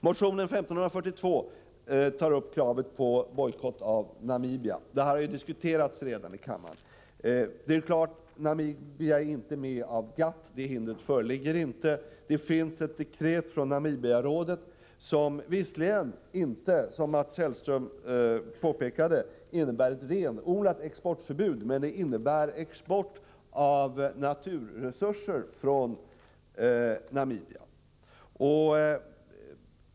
Motion 1542 tar upp kravet på bojkott av Namibia. Denna fråga har redan diskuterats i kammaren. Namibia är inte med i GATT. Det hindret föreligger inte. Det finns ett dekret från Namibiarådet, som visserligen inte — vilket Mats Hellström påpekade — innebär ett renodlat exportförbud men innebär förbud mot export av naturresurser från Namibia.